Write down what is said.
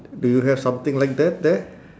do you have something like that there